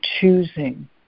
choosing